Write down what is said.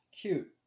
Cute